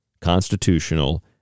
constitutional